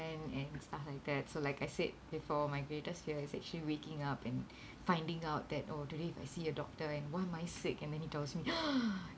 and and stuff like that so like I said before my greatest fear is actually waking up and finding out that oh today if I see a doctor and why am I sick and then he tells me